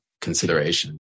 consideration